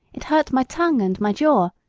it hurt my tongue and my jaw,